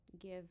give